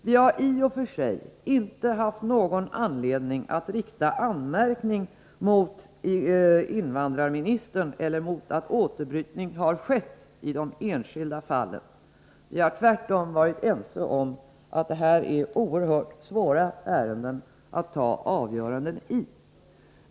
Vi har i och för sig inte haft någon anledning att rikta anmärkningar mot invandrarministern eller mot att återbrytning har skett i de enskilda ärendena. Vi har tvärtom varit ense om att det är svåra ärenden att fatta beslut om.